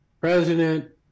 president